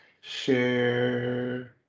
Share